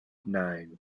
nine